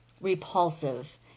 repulsive